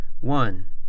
One